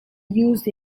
used